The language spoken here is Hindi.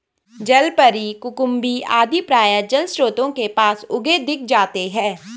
जलपरी, कुकुम्भी आदि प्रायः जलस्रोतों के पास उगे दिख जाते हैं